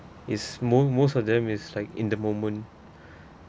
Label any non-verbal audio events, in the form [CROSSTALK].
is mo~ most of them is like in the moment [BREATH]